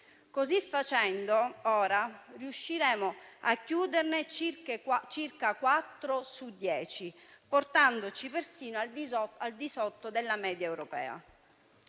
Così facendo, riusciremo ora a chiuderne circa quattro su dieci, portandoci persino al di sotto della media europea.